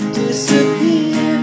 disappear